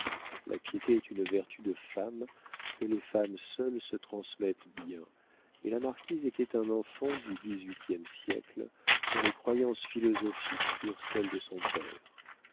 la piété est une vertu de femme que les femmes seules se transmettent bien et la marquise était un enfant du dix-huitième siècle dont les croyances philosophiques furent celles de son père